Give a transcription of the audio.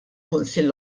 kunsill